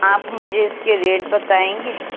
آپ مجھے اس کے ریٹ بتائیں گے